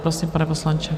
Prosím, pane poslanče.